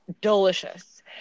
delicious